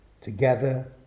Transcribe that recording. together